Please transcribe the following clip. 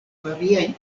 variaj